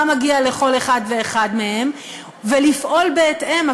מגיע לכל אחד ואחד מהם ולפעול בהתאם.